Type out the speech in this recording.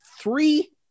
three